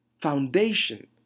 foundation